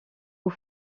aux